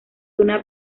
una